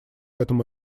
этому